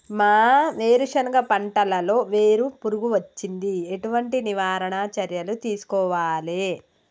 మా వేరుశెనగ పంటలలో వేరు పురుగు వచ్చింది? ఎటువంటి నివారణ చర్యలు తీసుకోవాలే?